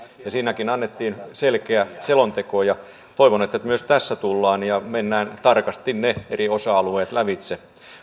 siinäkin annettiin selkeä selonteko ja toivon että myös tässä tullaan ja mennään tarkasti ne eri osa alueet lävitse